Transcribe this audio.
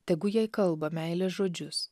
tegu jai kalba meilės žodžius